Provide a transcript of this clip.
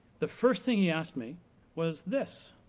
the first thing he asked me was this,